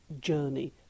journey